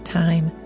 time